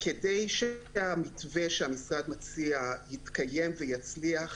שכדי שהמתווה שהמשרד מציע יתקיים ויצליח,